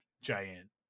giant